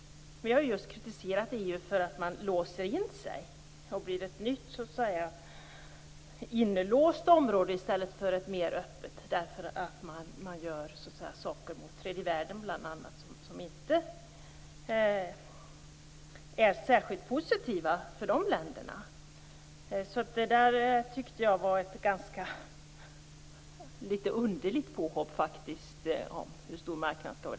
Vi har kritiserat EU just för att man låser in sig och blir ett nytt inlåst område i stället för ett mer öppet område, därför att man gör saker mot bl.a. tredje världen som inte är särskilt positiva för länderna där. Jag tyckte att det var ett litet underligt påhopp om hur stor marknaden skall vara.